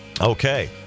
Okay